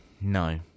No